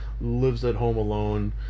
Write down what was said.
lives-at-home-alone